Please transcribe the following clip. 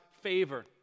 favor